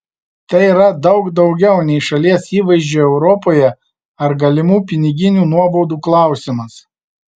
tai yra daug daugiau nei šalies įvaizdžio europoje ar galimų piniginių nuobaudų klausimas